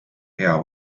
hea